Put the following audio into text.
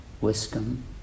wisdom